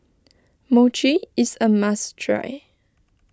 Mochi is a must try